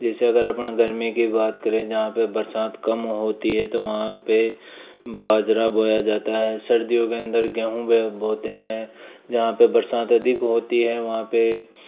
जैसे अगर अपन गर्मी की बात करें जहाँ पर बरसात कम होती है तो वहाँ पर बाजरा बोया जाता है सर्दियों के अंदर गेंहू बोते हैं जहाँ पर बरसात अधिक होती है वहाँ पर